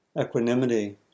equanimity